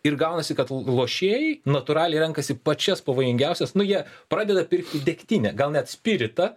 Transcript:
ir gaunasi kad lošėjai natūraliai renkasi pačias pavojingiausias nu jie pradeda pirkti degtinę gal net spiritą